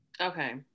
Okay